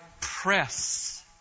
press